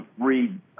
read